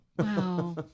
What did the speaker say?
Wow